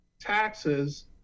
taxes